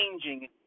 changing